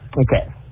Okay